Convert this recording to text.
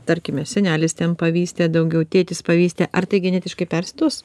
tarkime senelis ten pavystė daugiau tėtis pavystė ar tai genetiškai persiduos